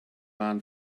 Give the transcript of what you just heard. man